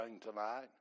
tonight